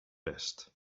west